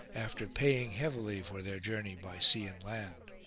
after paying heavily for their journey by sea and land.